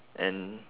and